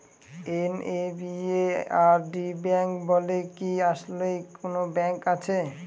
NABARD bank বলে কি আসলেই কোনো ব্যাংক আছে?